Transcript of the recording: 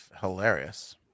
hilarious